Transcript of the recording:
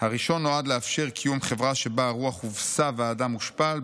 הראשון נועד לאפשר קיום חברה שבה הרוח הובסה והאדם הושפל,